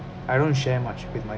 I don't share much with my